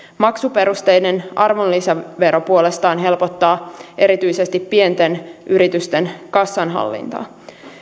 maksuperusteinen arvonlisävero puolestaan helpottaa erityisesti pienten yritysten kassanhallintaa